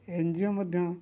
N G O ମଧ୍ୟ